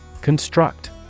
Construct